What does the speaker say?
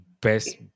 best